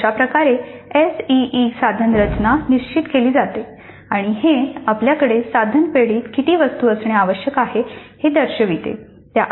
अशाप्रकारे एसईई साधन रचना निश्चित केली जाते आणि हे आपल्याकडे साधन पेढीेत किती वस्तू असणे आवश्यक आहे हे दर्शविते